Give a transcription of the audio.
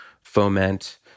foment